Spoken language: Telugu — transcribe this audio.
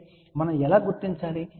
కాబట్టి మనం ఎలా గుర్తించగలం